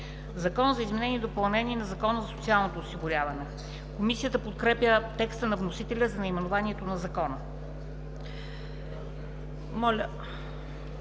„Закон за изменение и допълнение на Закона за социалното осигуряване“ Комисията подкрепя текста на вносителя за наименованието на Закона.